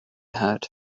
hurt